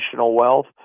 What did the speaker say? wealth